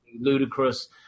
ludicrous